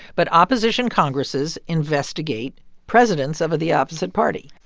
but opposition congresses investigate presidents of of the opposite party.